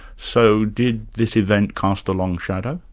so did this event cast a long shadow?